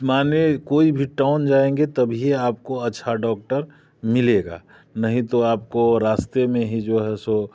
माने कोई भी टोन जाएँगे तभी आपको अच्छा डॉक्टर मिलेगा नहीं तो आपको रास्ते में ही जो है सो